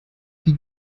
die